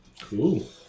Cool